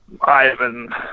Ivan